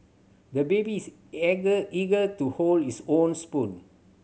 the baby is eager to hold his own spoon